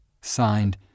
Signed